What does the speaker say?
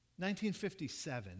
1957